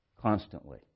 constantly